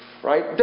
Right